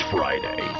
Friday